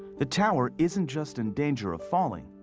the tower isn't just in danger of falling,